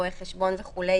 רואי חשבון וכו',